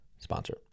Sponsor